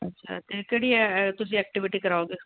ਅੱਛਾ ਅਤੇ ਕਿਹੜੀ ਐ ਤੁਸੀਂ ਐਕਟੀਵੀਟੀ ਕਰਾਓਗੇ